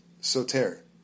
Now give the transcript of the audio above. soter